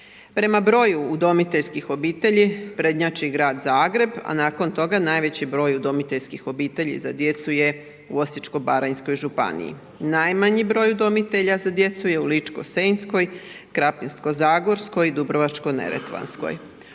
Prema broju udomiteljskih obitelji prednjači Grad Zagreb, a nakon toga najveći broj udomiteljskih obitelji za djecu je u Osječko-baranjskoj županiji. Najmanji broj udomitelja za djecu je u Ličko-senjskoj, Krapinsko-zagorskoj, Dubrovačko-neretvanskoj.